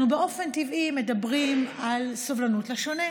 אנחנו באופן טבעי מדברים על סובלנות לשונה.